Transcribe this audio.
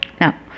now